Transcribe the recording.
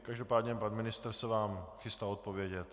Každopádně pan ministr se vám chystá odpovědět.